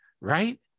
Right